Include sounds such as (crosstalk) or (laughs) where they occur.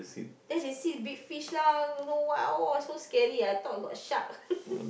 then they see big fish lah don't know what {oh] so scary I thought got shark (laughs)